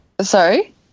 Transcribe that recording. Sorry